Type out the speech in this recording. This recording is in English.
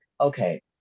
okay